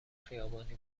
خیابانی